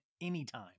anytime